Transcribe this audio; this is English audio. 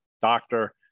doctor